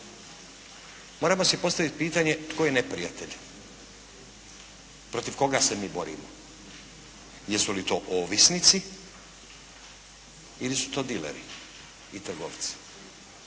Moramo si postaviti pitanje tko je neprijatelj, protiv koga se mi borimo, jesu li to ovisnici ili su to dileri i trgovci.